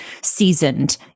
seasoned